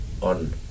on